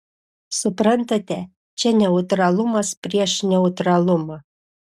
suprantate čia neutralumas prieš neutralumą